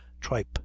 tripe